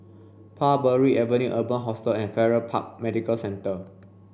Parbury Avenue Urban Hostel and Farrer Park Medical Centre